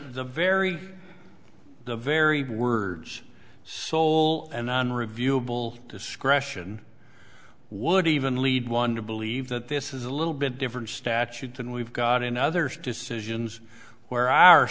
the very the very words soul and unreviewable discretion would even lead one to believe that this is a little bit different statute than we've got in others decisions where our